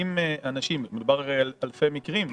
הרי מדובר על אלפי מקרים.